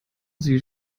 sie